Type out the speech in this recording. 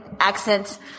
accents